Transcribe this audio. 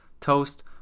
toast